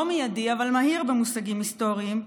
לא מיידי, אבל מהיר במושגים היסטוריים,